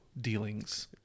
dealings